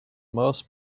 most